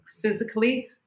physically